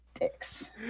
dicks